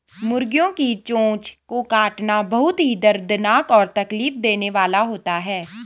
मुर्गियों की चोंच को काटना बहुत ही दर्दनाक और तकलीफ देने वाला होता है